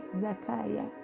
zakaya